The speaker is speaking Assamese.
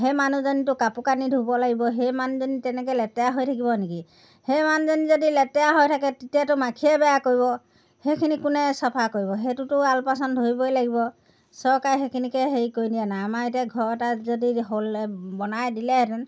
সেই মানুহজনীতো কাপোৰ কানি ধুব লাগিব সেই মানুহজনী তেনেকৈ লেতেৰা হৈ থাকিব নেকি সেই মানুহজনী যদি লেতেৰা হৈ থাকে তেতিয়াতো মাখিয়ে বেয়া কৰিব সেইখিনি কোনে চফা কৰিব সেইটোতো আলপৈচান ধৰিবই লাগিব চৰকাৰে সেইখিনিকে হেৰি কৰি দিয়া নাই আমাৰ এতিয়া ঘৰ এটা যদি হ'লে বনাই দিলেহেঁতেন